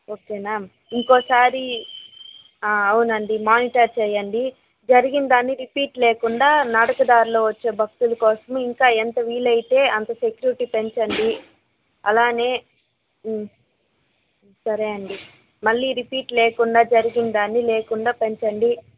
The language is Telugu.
ఓకేనా ఇంకోసారి అవునండి మానిటర్ చేయండి జరిగిందాన్ని రిపీట్ లేకుండా నడుక దారులో వచ్చే భక్తుల కోసం ఇంకా ఎంత వీలయితే అంత సెక్యూరిటీ పెంచండి అలానే సరే అండి మళ్ళీ రిపీట్ లేకుండా జరిగిందాన్ని లేకుండా పెంచండి